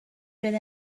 fydd